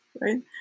right